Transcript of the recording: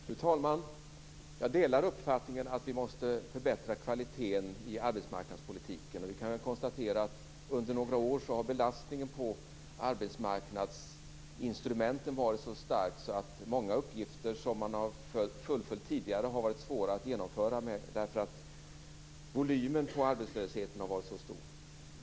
Fru talman! Jag delar uppfattningen att vi måste förbättra kvaliteten i arbetsmarknadspolitiken. Och vi kan konstatera att belastningen på arbetsmarknadsinstrumenten under några har varit så stark att många uppgifter som man har fullföljt tidigare har varit svåra att genomföra därför att volymen på arbetslösheten har varit så stor.